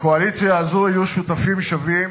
לקואליציה הזאת יהיו שותפים שווים